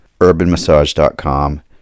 UrbanMassage.com